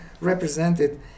represented